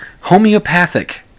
homeopathic